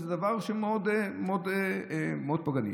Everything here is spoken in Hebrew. זה דבר מאוד מאוד פוגעני.